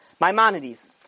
Maimonides